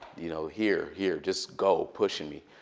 you know here, here, just go, pushing me.